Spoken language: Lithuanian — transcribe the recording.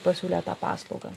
pasiūlė tą paslaugą